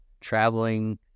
traveling